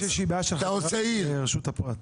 יש איזושהי בעיה של חדירה לרשות הפרט.